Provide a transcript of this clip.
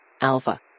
Alpha